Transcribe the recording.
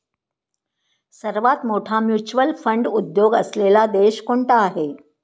सर्वात मोठा mutual fund उद्योग असलेला देश कोणता आहे?